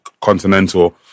Continental